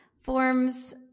forms